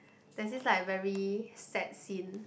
that seems like very sad scene